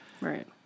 Right